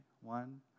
one